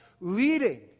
leading